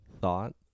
thought